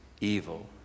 evil